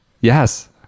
Yes